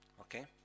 Okay